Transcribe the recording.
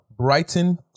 Brighton